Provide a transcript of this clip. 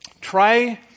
try